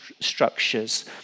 structures